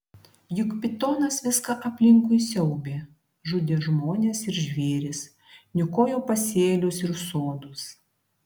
juk pitonas viską aplinkui siaubė žudė žmones ir žvėris niokojo pasėlius ir sodus